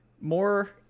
more